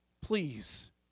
Please